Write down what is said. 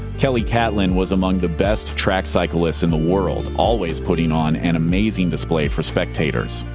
kelly catlin was among the best track cyclists in the world, always putting on an amazing display for spectators.